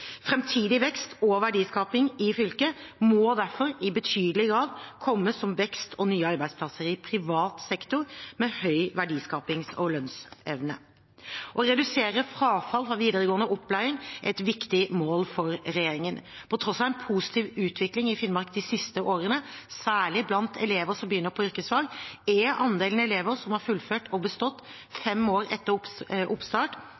vekst og verdiskaping i fylket må derfor i betydelig grad komme som vekst og nye arbeidsplasser i privat sektor med høy verdiskapings- og lønnsevne. Å redusere frafall fra videregående opplæring er et viktig mål for regjeringen. På tross av en positiv utvikling i Finnmark de siste årene, særlig blant elever som begynner på yrkesfag, er andelen elever som har fullført og bestått fem år etter oppstart,